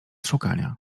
szukania